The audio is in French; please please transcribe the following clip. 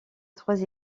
trois